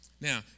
Now